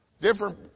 Different